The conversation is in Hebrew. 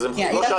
לא שאלתי